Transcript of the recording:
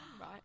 right